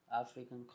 African